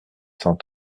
cent